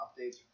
updates